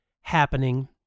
happening